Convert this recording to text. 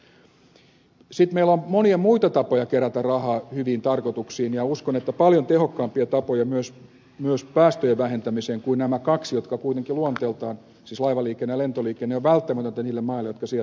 sitten meillä on monia muita tapoja kerätä rahaa hyviin tarkoituksiin ja uskon että paljon tehokkaampia tapoja myös päästöjen vähentämiseksi kuin nämä kaksi jotka kuitenkin luonteeltaan siis laivaliikenne ja lentoliikenne ovat välttämättömiä niille maille jotka sijaitsevat kaukana